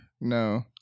No